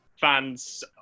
fans